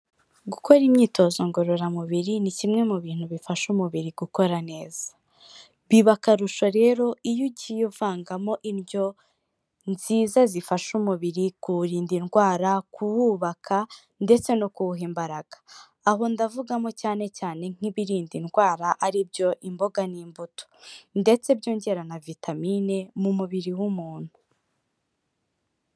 Gukora imyitozo ngororamubiri ni kimwe mu bintu bifasha umubiri gukora neza. Biba akarusho rero iyo ugiye uvangamo indyo nziza zifasha umubiri kuwurinda indwara, kuwubaka ndetse no kuwuha imbaraga. Aho ndavugamo cyane cyane nk'ibirinda indwara ari byo imboga n'imbuto ndetse byongera na vitamine mu mubiri w'umuntu.